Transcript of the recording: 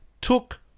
took